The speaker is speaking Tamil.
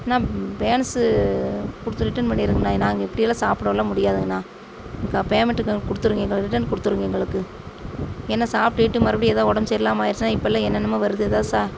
அண்ணா பேலனஸு கொடுத்து ரிட்டன் பண்ணிடுங்கண்ணா நாங்கள் இப்படி எல்லாம் சாப்பிடவெல்லாம் முடியாதுங்கண்ணா க பேமெண்ட்டு க கொடுத்துருங்க என்னோடய ரிட்டன் கொடுத்துருங்க எங்களுக்கு ஏன்னா சாப்ட்டுட்டு மறுபடி எதாக உடம்பு சரி இல்லாமல் ஆகிருச்சுனா இப்போலாம் என்னனமோ வருது எதோ ச